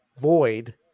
void